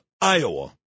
Iowa